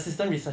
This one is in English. facts